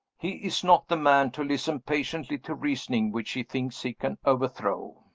he is not the man to listen patiently to reasoning which he thinks he can overthrow.